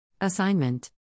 Assignment